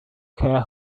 care